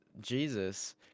Jesus